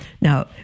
Now